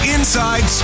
Inside